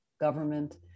Government